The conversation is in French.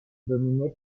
dominé